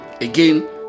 Again